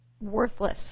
worthless